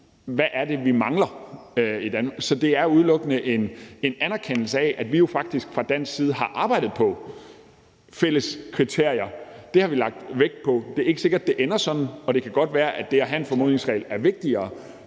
hvad det er, vi mangler. Så det er udelukkende en anerkendelse af, at vi jo faktisk fra dansk side har arbejdet på fælles kriterier. Det har vi lagt vægt på. Det er ikke sikkert, at det ender sådan, og det kan godt være, at det at have en formodningsregel er vigtigere,